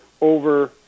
over